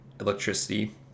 electricity